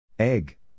Egg